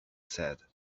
said